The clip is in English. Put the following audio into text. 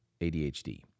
ADHD